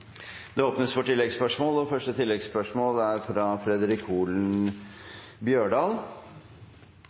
Det åpnes for oppfølgingsspørsmål – først representanten Fredric Holen Bjørdal.